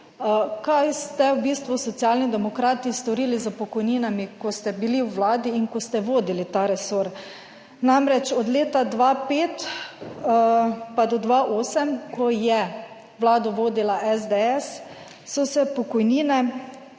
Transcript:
kaj ste v bistvu Socialni demokrati storili s pokojninami, ko ste bili v Vladi in ko ste vodili ta resor. Namreč od leta 2005-2008, ko je Vlado vodila SDS, so se pokojnine